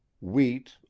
wheat